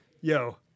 yo